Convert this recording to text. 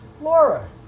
Laura